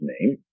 name